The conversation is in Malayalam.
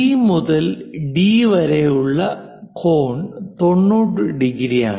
സി മുതൽ ഡി വരെയുള്ള കോൺ 90 ഡിഗ്രിയാണ്